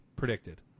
Predicted